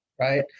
Right